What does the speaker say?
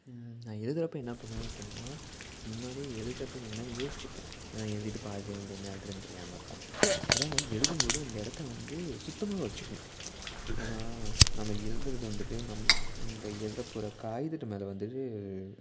நான் எழுதுறப்ப என்னா பண்ணுவேன் அப்புடின்னா முன்னாடியே எழுதுறது என்னான்னு யோசிச்சுப்பேன் ஏன்னா எழுதிட்டு பாதியில வந்து என்ன எழுதுறதுன்னு தெரியாமல் இருக்கும் அதே மாதிரி எழுதும்போது அந்த இடத்த வந்து சுத்தமாக வச்சுக்கணும் ஏன்னா நாம எழுதுறத வந்துவிட்டு நம்ப எழுதப்போற காகிதத்து மேலே வந்துவிட்டு